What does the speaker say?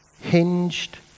hinged